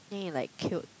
then it like killed